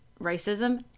racism